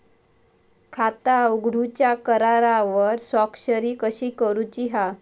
खाता उघडूच्या करारावर स्वाक्षरी कशी करूची हा?